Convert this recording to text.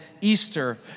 Easter